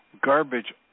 garbage